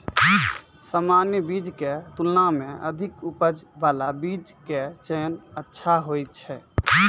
सामान्य बीज के तुलना मॅ अधिक उपज बाला बीज के चयन अच्छा होय छै